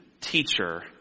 teacher